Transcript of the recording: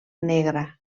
negra